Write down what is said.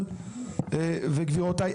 וגבירותיי,